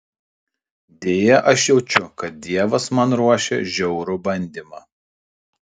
deja aš jaučiu kad dievas man ruošia žiaurų bandymą